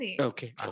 Okay